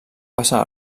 passar